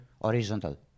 horizontal